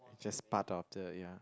it's just part of the ya